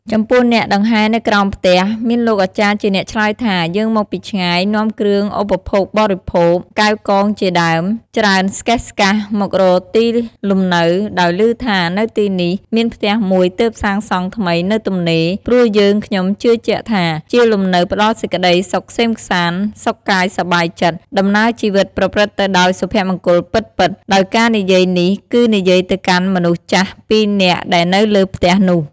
ចំពោះអ្នកដង្ហែនៅក្រោមផ្ទះ មានលោកអាចារ្យជាអ្នកឆ្លើយថា "យើងមកពីឆ្ងាយ នាំគ្រឿងឧបភោគបរិភោគ កែវកងជាដើម ច្រើនស្កេកស្កាស់មករកទីលំនៅ ដោយឮថានៅទីនេះ មានផ្ទះមួយទើបសាងសង់ថ្មីនៅទំនេរ ព្រោះយើងខ្ញុំជឿជាក់ថា ជាលំនៅផ្តល់សេចក្ដីសុខក្សេមក្សាន្ត សុខកាយសប្បាយចិត្ត ដំណើរជីវិតប្រព្រឹត្តទៅដោយសុភមង្គលពិតៗ ” ដោយការនិយាយនេះគឺនិយាយទៅកាន់មនុស្សចាស់ពីរនាកដែលនៅលើផ្ទះនោះ។